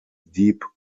deep